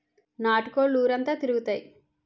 నాటు కోళ్లు ఊరంతా తిరుగుతాయి